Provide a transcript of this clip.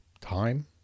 time